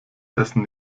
essen